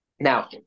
Now